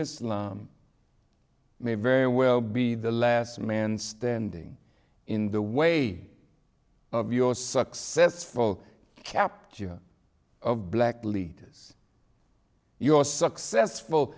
islam may very well be the last man standing in the way of your successful kept of black leaders your successful